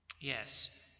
Yes